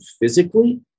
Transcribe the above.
physically